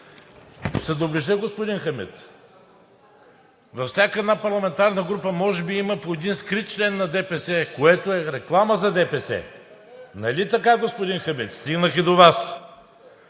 доближа, господин Хамид. Във всяка една парламентарна група може би има по един скрит член на ДПС, което е реклама за ДПС. Нали така, господин Хамид, стигнах и до Вас?